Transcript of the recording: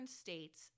states